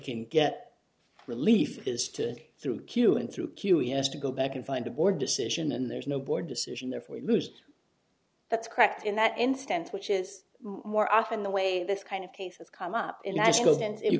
can get relief is to through q and through q he has to go back and find a board decision and there's no board decision therefore you lose that's correct in that instance which is more often the way this kind of case has come up